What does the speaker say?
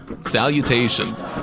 Salutations